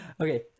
okay